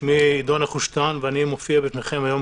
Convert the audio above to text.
שמי עידו נחושתן ואני מופיע בפניכם היום